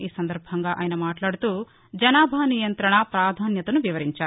ఈ సందర్బంగా ఆయన మాట్లాడుతూజనాభా నియంతణ పాధాన్యతను వివరించారు